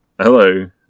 Hello